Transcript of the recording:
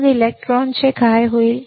मग इलेक्ट्रॉनचे काय होईल